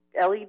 LED